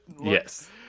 Yes